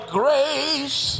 grace